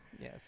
Yes